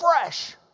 fresh